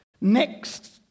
Next